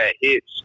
hits